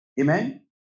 Amen